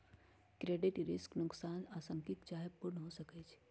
credit risk नोकसान आंशिक चाहे पूर्ण हो सकइ छै